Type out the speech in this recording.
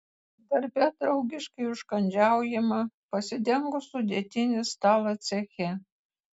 darbe draugiškai užkandžiaujama pasidengus sudėtinį stalą ceche